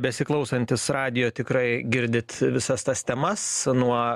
besiklausantys radijo tikrai girdit visas tas temas nuo